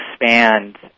expand